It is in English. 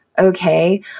Okay